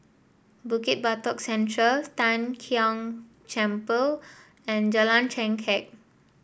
Bukit Batok Central Tian Kong Temple and Jalan Chengkek